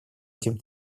этим